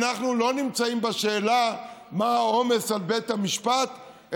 אנחנו לא נמצאים בשאלה מה העומס על בית המשפט,